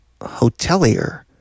hotelier